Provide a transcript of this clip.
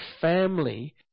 family